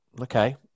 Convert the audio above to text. Okay